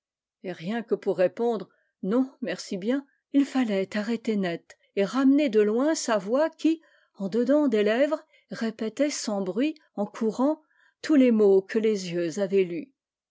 rien que pour répondre non merci bien il fallait arrêter net et ramener de loin sa voix qui en dedans des lèvres répétait sans bruit en courant tous les mots que les yeux avaient lus